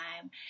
time